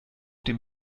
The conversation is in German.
dem